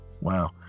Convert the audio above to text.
Wow